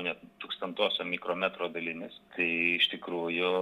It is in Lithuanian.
ne tūkstantosiom mikrometro dalimis tai iš tikrųjų